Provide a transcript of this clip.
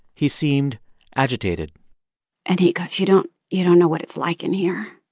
he seemed agitated and he goes, you don't you know know what it's like in here.